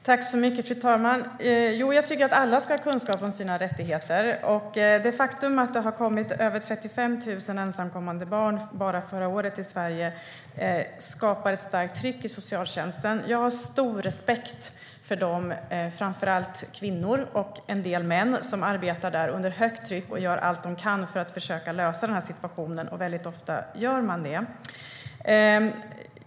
Fru talman! Jo, jag tycker att alla ska ha kunskap om sina rättigheter. Det faktum att det kom över 35 000 ensamkommande barn till Sverige bara förra året skapar ett starkt tryck på socialtjänsten. Jag har stor respekt för de personer - framför allt kvinnor, men också en del män - som arbetar där under högt tryck och gör allt de kan för att försöka klara situationen. Väldigt ofta gör man också det.